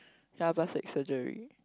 ya plastic surgery